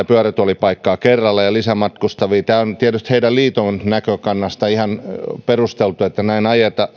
pyörätuolipaikkaa kerrallaan ja lisämatkustajia tämä on tietysti liiton näkökannasta ihan perusteltua että näin